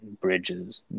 Bridges